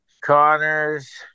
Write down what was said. Connors